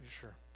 Sure